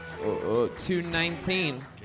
219